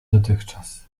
dotychczas